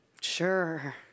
Sure